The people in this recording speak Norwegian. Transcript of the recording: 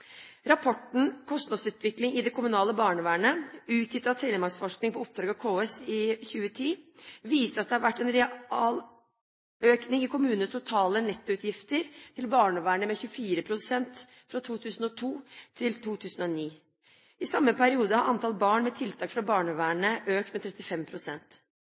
Rapporten Kostnadsutvikling i det kommunale barnevernet utgitt av Telemarksforskning på oppdrag av KS i 2010 viser at det har vært en realøkning i kommunenes totale nettoutgifter til barnevernet på 24 pst. fra 2002 til 2009. I samme periode har antall barn med tiltak fra barnevernet økt med